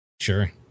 Sure